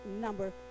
number